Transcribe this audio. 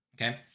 Okay